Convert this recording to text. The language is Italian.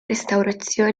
restaurazione